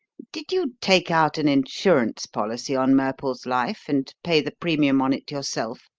did you take out an insurance policy on murple's life and pay the premium on it yourself?